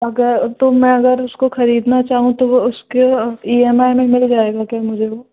अगर तो मैं अगर उसको ख़रीदना चाहूँ तो वह उसका ई एम आई में मिल जाएगा क्या मुझे वह